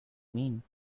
mean